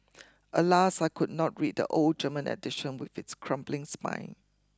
Alas I could not read the old German edition with its crumbling spine